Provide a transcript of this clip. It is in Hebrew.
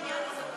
העניין הזה,